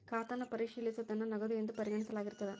ಖಾತನ್ನ ಪರಿಶೇಲಿಸೋದನ್ನ ನಗದು ಎಂದು ಪರಿಗಣಿಸಲಾಗಿರ್ತದ